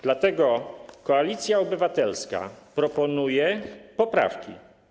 Dlatego Koalicja Obywatelska proponuje dwie poprawki.